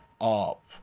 up